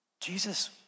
Jesus